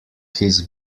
his